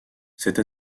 cette